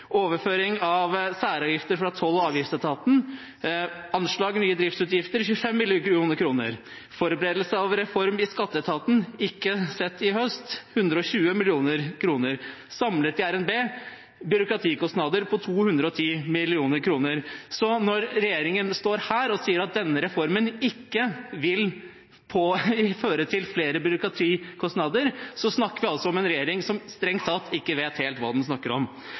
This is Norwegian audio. overføring av særavgifter fra toll- og avgiftsetaten, anslag nye driftsutgifter 25 mill. kr forberedelse av reform i skatteetaten, ikke sett i høst, 120 mill. kr Samlet i RNB byråkratikostnader på 210 mill. kr. Så når regjeringen står her og sier at denne reformen ikke vil føre til flere byråkratikostnader, snakker vi altså om en regjering som strengt tatt ikke vet helt hva den snakker om.